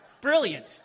Brilliant